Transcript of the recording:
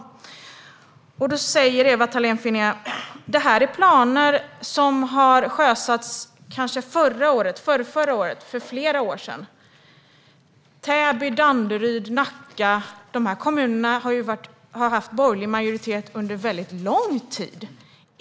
Ewa Thalén Finné säger att det är planer som kanske sjösatts förra året, förrförra året eller för flera år sedan. Det handlar om Täby, Danderyd och Nacka. De kommunerna har haft borgerlig majoritet under väldigt lång tid.